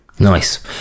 Nice